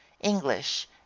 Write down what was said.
english